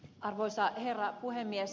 arvoisa herra puhemies